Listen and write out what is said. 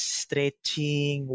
stretching